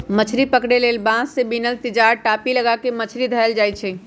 मछरी पकरे लेल बांस से बिनल तिजार, टापि, लगा क मछरी धयले जाइ छइ